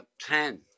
ten